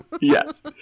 yes